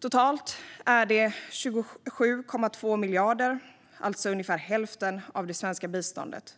Totalt är det fråga om 27,2 miljarder, alltså ungefär hälften av det svenska biståndet.